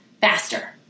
faster